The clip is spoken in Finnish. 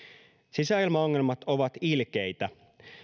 sisäilmaongelmat ovat ilkeitä